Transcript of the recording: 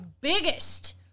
biggest